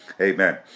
Amen